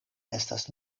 estas